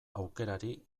aukerari